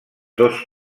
dos